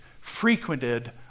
frequented